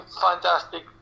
fantastic